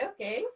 Okay